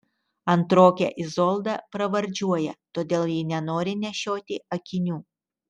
antrokę izoldą pravardžiuoja todėl ji nenori nešioti akinių